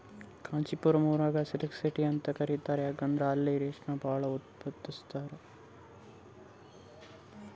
ಕಾಂಚಿಪುರಂ ಊರಿಗ್ silk city ಅಂತ್ ಕರಿತಾರ್ ಯಾಕಂದ್ರ್ ಇಲ್ಲಿ ರೇಶ್ಮಿ ಭಾಳ್ ಉತ್ಪಾದಸ್ತರ್